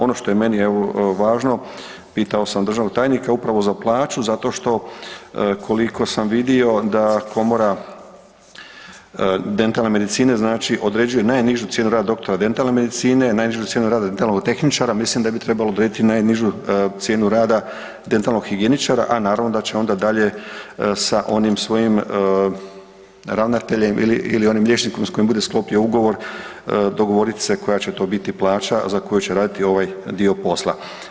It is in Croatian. Ono što je meni evo važno, pitao sam državnog tajnika upravo za plaću zato što koliko sam vidio da komora dentalne medicine znači određuje najnižu cijenu rada doktora dentalne medicine, najnižu cijenu rada dentalnog tehničara, mislim da bi trebalo odrediti i najnižu cijenu rada dentalnog higijeničara, a naravno da će onda dalje sa onim svojim ravnateljem ili onim liječnikom s kojim bude sklopio ugovor dogovorit se koja će to biti plaća za koju će raditi ovaj dio posla.